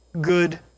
good